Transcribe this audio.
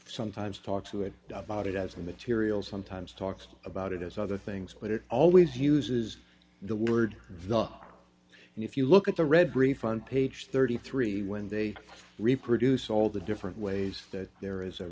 sometimes talks to it about it as a material sometimes talks about it as other things but it always uses the word villa and if you look at the red brief on page thirty three when they reproduce all the different ways that there is a